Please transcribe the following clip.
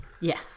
Yes